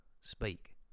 speak